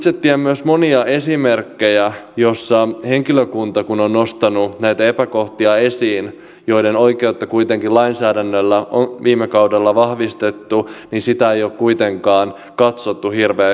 itse tiedän myös monia esimerkkejä joissa sitä kun henkilökunta on nostanut näitä epäkohtia esiin heidän oikeuttaan kuitenkin lainsäädännöllä on viime kaudella vahvistettu ei ole kuitenkaan katsottu hirveän hyvällä